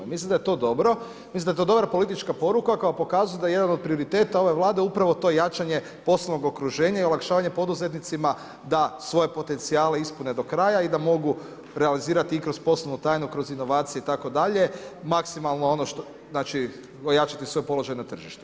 I mislim da je to dobro i mislim da je to dobra politička poruka koja pokazuje da je jedan od prioriteta ove Vlade upravo to jačanje poslovnog okruženja i olakšavanje poduzetnicima da svoje potencijale ispune do kraja i da mogu realizirati i kroz poslovnu tajnu, kroz inovacije itd. maksimalno ojačati svoj položaj na tržištu.